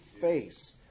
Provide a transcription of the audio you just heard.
face